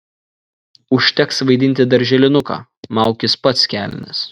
užteks vaidinti darželinuką maukis pats kelnes